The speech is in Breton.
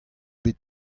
bet